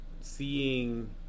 Seeing